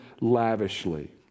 Lavishly